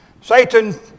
Satan